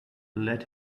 let